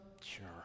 Sure